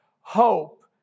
hope